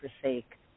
forsake